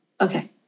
Okay